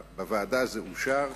בוועדה זה אושר,